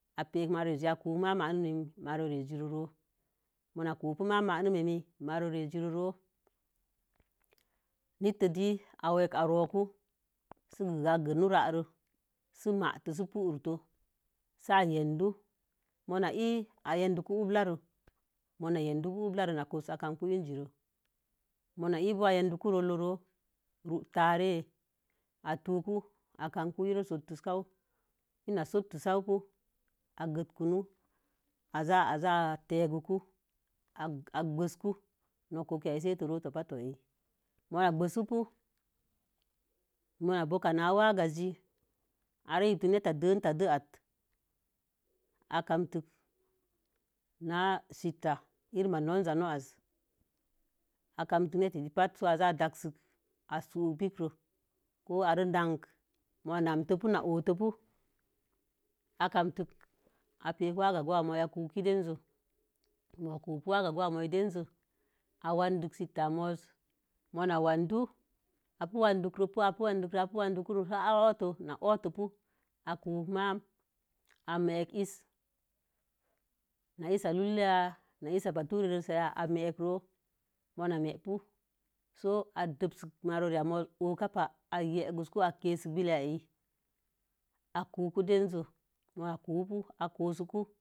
A pek marore zi a kuwu ma'am marore zi roro. Ma kuko ma'am manimii marore zi roro nee kə dii a roku sigi ǎ gi ben ā gonon məam manemire sə matə si purutu. Si ā yendu-mo̱o̱ na ēē ayiduku kulei re ma yei dukə. Aduwu ulare an kosə sə apeku si a mu in ziro mu na ī bo̱o̱ ayendun rolowu ruwu tarə a putuku agam. Ku ii re sotun ka'u ina sotun ka'u kə agigunu aza tegugun ā gwesuku mōō na buka na wa'akaz ka zi ire yentin neta diita dei atə akam ke na sita ire ma nonza zi hansi akamtə nəta re bətə si a'a za'a dasi sə a suwukə pirkiz mana na'tə kə na oto'pu. Akamte, apekə wagagowi ya mo̱o̱ akunki dəz mo̱o̱ kubvuko wagagə gowi yan moo dəz a wadik mo̱o̱ na wandu apu wandu kuro n'owuto pu a kuwu ma'am a mekiə yisii, na yinsa lolin ya n yinsa bature ya a'a mekəro mo̱o̱na mepu so ā dəsə marore ya muz owuka ban, ā yinkugun ā kinsi bilin. A kuku dəzi ma kuku kə a kosukə.